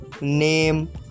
name